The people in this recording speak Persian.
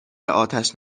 آتش